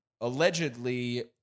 allegedly